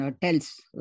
tells